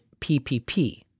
PPP